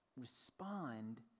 Respond